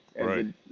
Right